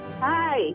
Hi